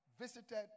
visited